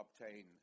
obtain